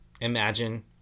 imagine